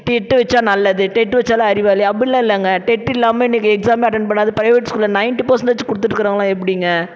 TET வச்சா நல்லது TET வச்சாதான் அறிவாளி அப்படில்லாம் இல்லைங்க டெட்டு இல்லாமல் இன்னக்கு எக்ஸாம்லாம் அட்டெண்ட் பண்ணாத பிரைவேட் ஸ்கூலில் நைன்ட்டி பர்செண்ட்டேஜ் கொடுத்துட்ருக்குறவுங்களா எப்படிங்க